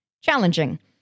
challenging